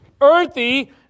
earthy